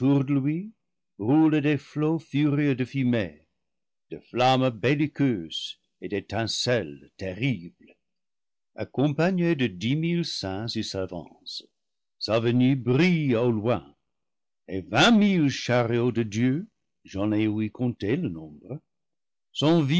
lui roulent des flots furieux de fumée de flam mes belliqueuses et d'étincelles terribles accompagné de dix mille saints il s'avance sa venue brille au loin et vingt mille chariots de dieu j'en ai ouï compter le nombre sont